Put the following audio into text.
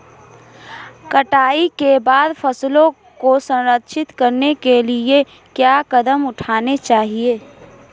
कटाई के बाद फसलों को संरक्षित करने के लिए क्या कदम उठाने चाहिए?